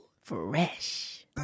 Fresh